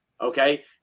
Okay